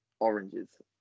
Oranges